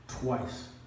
Twice